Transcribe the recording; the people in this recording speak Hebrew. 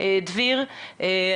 דביר בן זאב.